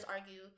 argue